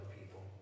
people